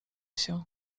się